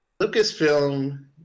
Lucasfilm